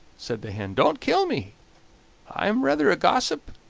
said the hen, don't kill me i am rather a gossip,